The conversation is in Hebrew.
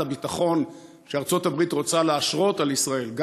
הביטחון שארצות הברית רוצה להשרות על ישראל,